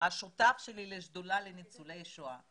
השותף שלי לשדולה לניצולי שואה.